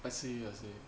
I see I see